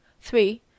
three